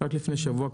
רק לפני שבוע,